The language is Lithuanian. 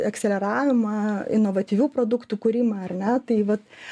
akseleravimą inovatyvių produktų kūrimą ar ne tai vat